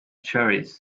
cherries